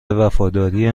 وفاداری